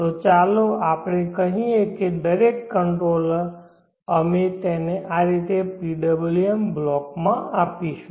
તો ચાલો આપણે કહીએ કે દરેક કંટ્રોલર અમે તેને આ રીતે PWM બ્લોક માં આપીશું